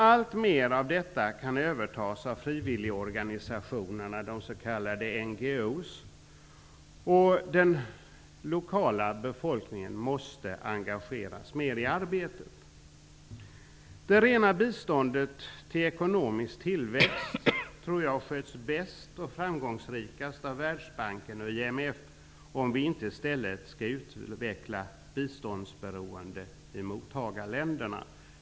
Alltmer av detta kan övertas av frivilligorganisationer, de s.k. NGO:s, och den lokala befolkningen måste engageras mer i arbetet. Jag tror att det rena biståndet till ekonomisk tillväxt sköts bäst och framgångsrikast av Världsbanken och IMF, om vi inte i stället skall utveckla biståndsberoende i mottagarländerna.